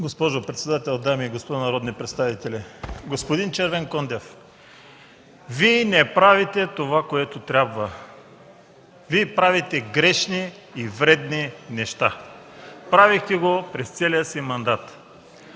Госпожо председател, дами и господа народни представители! Господин Червенкондев, Вие не правите това, което трябва. Вие правите грешни и вредни неща. Правихте го през целия си мандат.